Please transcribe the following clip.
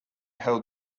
held